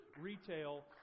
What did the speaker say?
retail